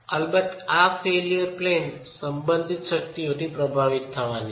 અલબત્ત આ failure plane સંબંધિત શક્તિઓથી પ્રભાવિત થવાની છે